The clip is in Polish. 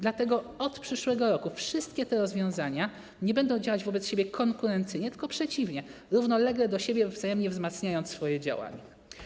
Dlatego od przyszłego roku wszystkie te rozwiązania nie będą działać wobec siebie konkurencyjnie, tylko, przeciwnie, równolegle do siebie, wzajemnie wzmacniając swoje działania.